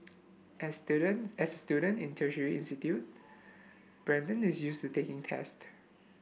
as student as student in tertiary institute Brandon is used to taking test